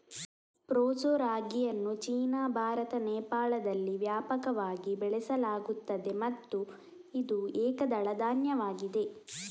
proso ರಾಗಿಯನ್ನು China, Bharat, ನೇಪಾಳದಲ್ಲಿ ವ್ಯಾಪಕವಾಗಿ ಬೆಳೆಸಲಾಗುತ್ತದೆ ಮತ್ತು ಇದು ಏಕದಳ ಧಾನ್ಯವಾಗಿದೆ